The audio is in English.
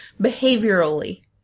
behaviorally